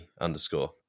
underscore